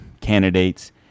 candidates